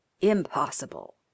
impossible